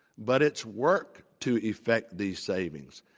but it's work to effect these savings.